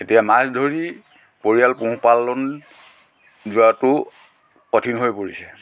এতিয়া মাছ ধৰি পৰিয়াল পোহপলান যোৱাটো কঠিন হৈ পৰিছে